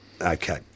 Okay